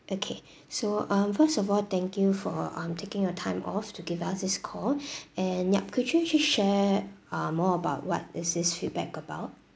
okay so um first of all thank you for um taking your time off to give us this call and yup could you just share uh more about what is this feedback about